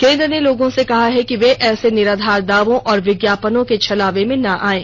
केंद्र ने लोगों से कहा कि वे ऐसे निराधार दावों और विज्ञापनों के छलावे में न आएं